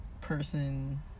person